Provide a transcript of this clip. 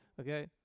Okay